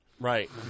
Right